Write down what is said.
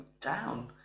down